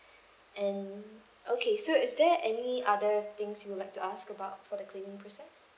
and okay so is there any other things you would like to ask about for the claiming process